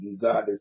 desire